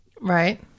right